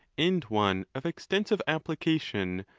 and one of extensive application,